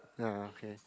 ya okay